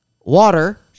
water